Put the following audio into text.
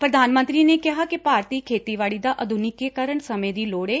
ਪ੍ਰਧਾਨ ਮੰਤਰੀ ਨੇ ਕਿਹਾ ਕਿ ਭਾਰਤੀ ਖੇਤੀਬਾਤੀ ਦਾ ਆਧੁਨਿਕੀਕਰਣ ਸਮੇਂ ਦੀ ਲੋਤ ਏ